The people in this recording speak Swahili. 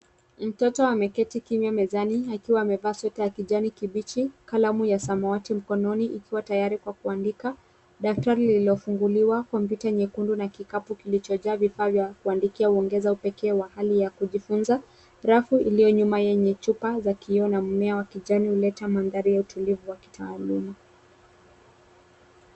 Mtoto ameketi kimya mezani akiwa amevaa sweta ya kijani kibichi, kalamu ya samawati mkononi ikiwa tayari kwa kuandika, daftari lililofunguliwa, kompyuta nyekundu na kikapu kilichojaa vifaa vya kuandikia huongeza upekee wa hali ya kujifunza. Rafu iliyo nyuma yenye chupa za kioo na mmea wa kijani huleta mandhari ya utulivu wa kitaaluma.